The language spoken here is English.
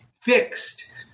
fixed